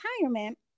retirement